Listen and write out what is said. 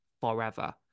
forever